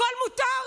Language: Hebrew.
הכול מותר?